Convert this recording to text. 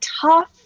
tough